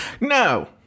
no